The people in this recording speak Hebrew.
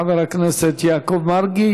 חבר הכנסת יעקב מרגי,